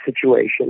situation